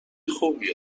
خوبی